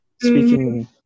Speaking